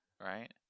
Right